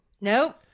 Nope